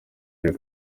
iyo